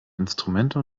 instrumente